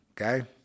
Okay